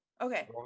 Okay